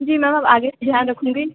जी ma'am अब आगे से ध्यान रखूँगी